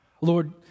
Lord